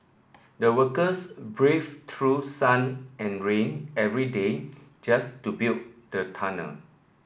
the workers braved true sun and rain every day just to build the tunnel